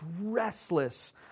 restless